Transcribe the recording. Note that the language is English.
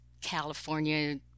California